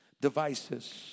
devices